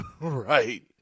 Right